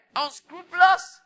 unscrupulous